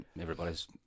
everybody's